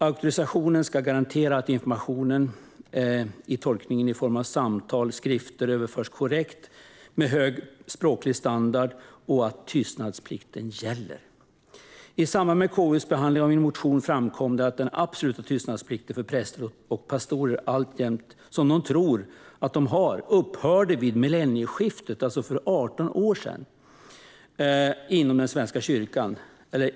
Auktorisationen ska garantera att informationen i tolkningen i form av samtal och skrifter överförs korrekt med hög språklig standard och att tystnadsplikten gäller. I samband med KU:s behandling av min motion framkom att den absoluta tystnadsplikten för präster och pastorer som de alltjämt tror att de har upphörde vid millennieskiftet - för 18 år sedan!